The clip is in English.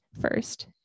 first